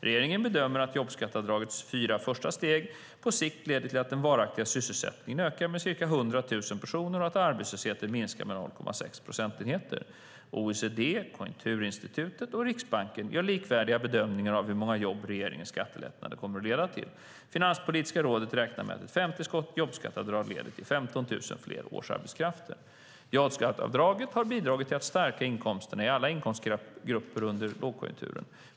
Regeringen bedömer att jobbskatteavdragets fyra första steg på sikt leder till att den varaktiga sysselsättningen ökar med ca 100 000 personer och att arbetslösheten minskar med 0,6 procentenheter. OECD, Konjunkturinstitutet och Riksbanken gör likvärdiga bedömningar av hur många jobb regeringens skattelättnader kommer att leda till. Finanspolitiska rådet räknar med att ett femte jobbskatteavdrag leder till 15 000 fler årsarbetskrafter. Jobbskatteavdraget har bidragit till att stärka inkomsterna i alla inkomstgrupper under lågkonjunkturen.